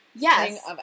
Yes